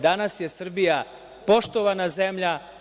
Danas je Srbija poštovana zemlja.